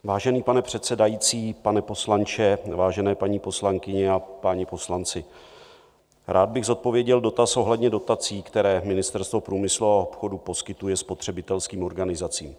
Vážený pane předsedající, pane poslanče, vážené paní poslankyně a páni poslanci, rád bych zodpověděl dotaz ohledně dotací, které Ministerstvo průmyslu a obchodu poskytuje spotřebitelským organizacím.